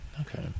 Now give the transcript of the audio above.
Okay